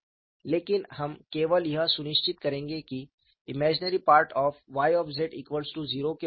लेकिन हम केवल यह सुनिश्चित करेंगे कि Im Y 0 के बराबर हो